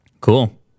Cool